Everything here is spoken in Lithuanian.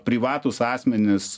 privatūs asmenys